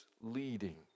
leading